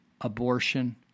abortion